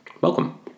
Welcome